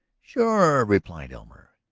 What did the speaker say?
sure, replied elmer.